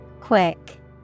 Quick